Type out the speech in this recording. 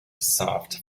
soft